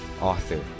author